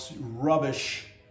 rubbish